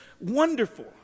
wonderful